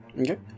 Okay